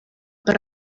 per